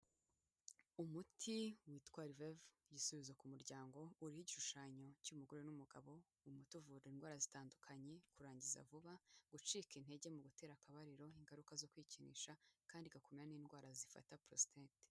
Umuti witwa Revive Igisubizo k'umuryango, uriho igishushanyo cy'umugore n'umugabo, uyu muti uvura indwara zitandukanye, kurangiza vuba, gucika intege mu gutera akabariro, ingaruka zo kwikinisha, kandi igakumira n'indwara zifata porositate.